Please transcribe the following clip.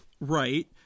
Right